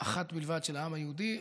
אחת בלבד, של העם היהודי.